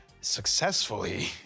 successfully